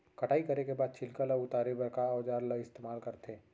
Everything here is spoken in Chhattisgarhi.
कटाई करे के बाद छिलका ल उतारे बर का औजार ल इस्तेमाल करथे?